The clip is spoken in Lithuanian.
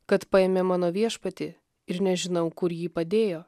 kad paėmė mano viešpatį ir nežinau kur jį padėjo